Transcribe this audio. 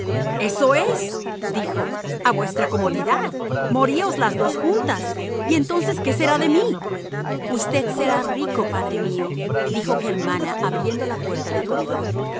eso es dijo a vuestra comodidad moríos las dos juntas y entonces qué será de mí usted será rico padre mío dijo germana abriendo la puerta del comedor